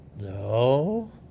No